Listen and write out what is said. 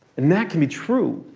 and that can be true.